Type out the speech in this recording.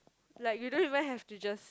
like you don't even have to just